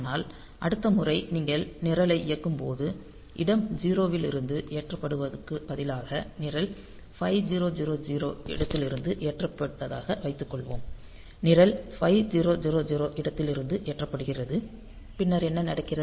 ஆனால் அடுத்த முறை நீங்கள் நிரலை இயக்கும்போது இடம் 0 இலிருந்து ஏற்றப்படுவதற்குப் பதிலாக நிரல் 5000 இடத்திலிருந்து ஏற்றப்பட்டதாக வைத்துக்கொள்வோம் நிரல் 5000 இடத்திலிருந்து ஏற்றப்படுகிறது பின்னர் என்ன நடக்கிறது